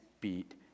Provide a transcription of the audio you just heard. beat